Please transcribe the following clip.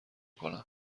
کنم